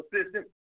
assistant